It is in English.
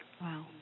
Wow